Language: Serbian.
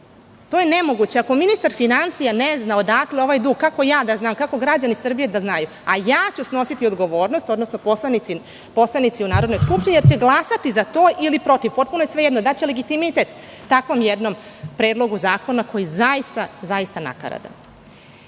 To je nemoguće. Ako ministar finansija ne zna odakle ovaj dug, kako ja da znam, kako građani Srbije da znaju, a ja ću snositi odgovornost, odnosno poslanici u Narodnoj skupštini, jer će glasati za to ili protiv. Potpuno je svejedno, daće legitimitet takvom jednom predlogu zakona koji je zaista, zaista